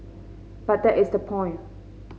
but that is the point